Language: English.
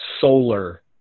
solar